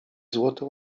złoty